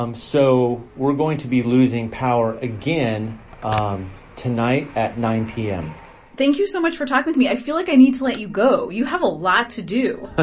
um so we're going to be losing power again um tonight at nine p m thank you so much for talking with me. i feel like i need to let you go. you have a lot to do ah